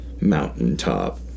mountaintop